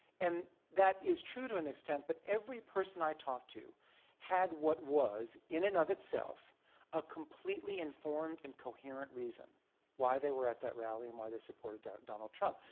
and that is true to an extent, but every person i talked to had what was in and of itself a completely informed and coherent reason why they were at that rally and why they supported donald trump.